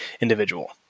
individual